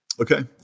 Okay